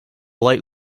light